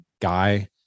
guy